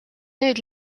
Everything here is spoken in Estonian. nüüd